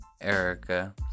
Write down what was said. Erica